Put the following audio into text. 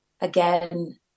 again